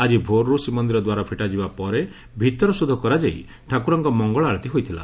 ଆକି ଭୋରର୍ ଶ୍ରୀମନ୍ଦିର ଦ୍ୱାର ଫିଟାଯିବା ପରେ ଭିତର ଶୋଧ କରାଯାଇ ଠାକୁରଙ୍କ ମଙ୍ଗଳ ଆଳତି ହୋଇଥିଲା